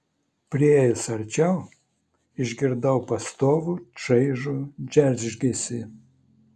priėjęs arčiau išgirdau pastovų šaižų džeržgesį